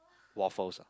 waffles ah